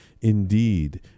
Indeed